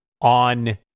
on